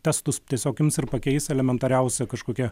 testus tiesiog ims ir pakeis elementariausia kažkokia